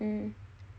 mm